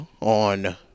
on